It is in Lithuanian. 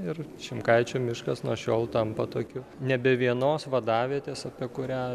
ir šimkaičių miškas nuo šiol tampa tokiu nebe vienos vadavietės apie kurią